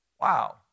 wow